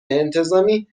انتظامی